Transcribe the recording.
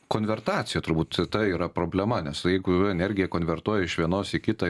konvertacija turbūt ta yra problema nes jeigu yra energija konvertuoji iš vienos į kitą